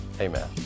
Amen